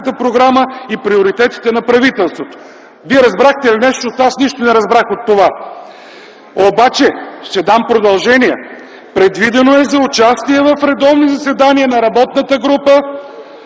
„Предвидено е за участие в редовни заседания на работната група